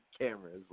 cameras